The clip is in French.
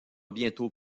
bientôt